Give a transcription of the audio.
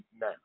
now